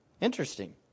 Interesting